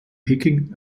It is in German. peking